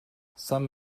some